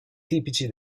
tipici